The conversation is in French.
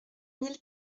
mille